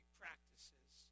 practices